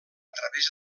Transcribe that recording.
través